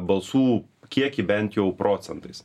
balsų kiekį bent jau procentais